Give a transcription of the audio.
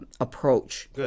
approach